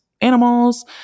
animals